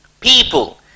people